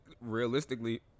realistically